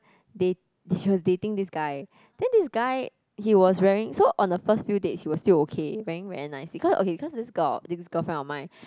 they she was dating this guy then this guy he was wearing so on the first few dates he was still okay wearing very nice because okay this girl friend of mine